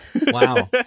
wow